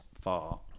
far